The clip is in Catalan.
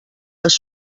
les